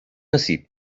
así